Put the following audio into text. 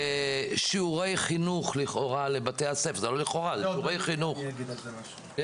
ושיעורי חינוך לבתי הספר בהם